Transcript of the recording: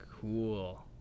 cool